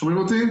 שומעים אותי?